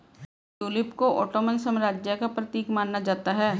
tulip को Ottoman साम्राज्य का प्रतीक माना जाता है